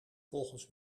volgens